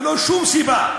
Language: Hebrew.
ללא שום סיבה.